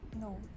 No